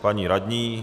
Paní radní?